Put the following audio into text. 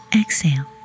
exhale